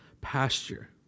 pasture